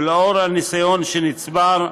ולאור הניסיון שנצבר,